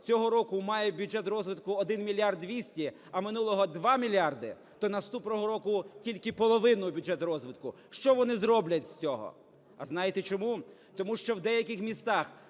цього року має бюджет розвитку 1 мільярд 200, а минулого – 2 мільярди, то наступного року тільки половину бюджету розвитку. Що вони зроблять з цього? А знаєте, чому? Тому що в деяких містах